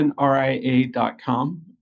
RIA.com